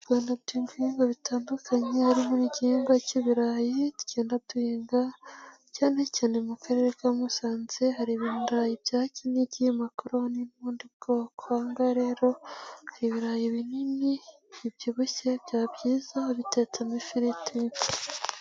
Mu Rwanda duhinga ibihingwa bitandukanye, harimo n'igihingwa cy'ibirayi tugenda duhinga cyane cyane mu Karere ka Musanze, hari ibirayi bya Kinigi, makoro n'ubundi bwoko, aha ngaha rero hari ibirayi binini, bibyibushye, byaba byiza ubitetsemo ifiriti.